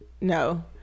No